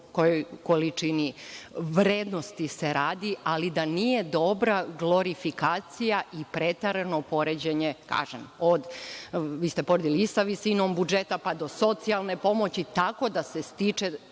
kojoj količini vrednosti se radi, ali da nije dobra glorifikacija i preterano poređenje, kažem, vi ste podneli i sa visinom budžeta, pa do socijalne pomoći, tako da se stiče